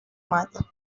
mata